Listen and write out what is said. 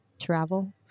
Travel